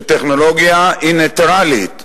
שטכנולוגיה היא נייטרלית,